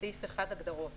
הגדרות